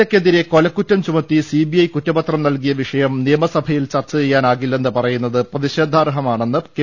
A ക്കെതിരെ കൊലക്കുറ്റം ചുമത്തി സിബിഐ കുറ്റപത്രം നൽകിയ വിഷയം നിയമസഭയിൽ ചർച്ച ചെയ്യാൻ ആകില്ലെന്ന് പറയുന്നത് പ്രതിഷേധാർഹ മാണെന്ന് കെ